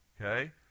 Okay